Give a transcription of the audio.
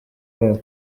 babo